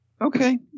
Okay